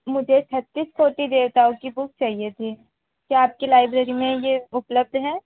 मुझे छत्तीस कोटि देवताओं की बुक चाहिए थी क्या आपकी लाइब्रेरी में ये उपलब्ध है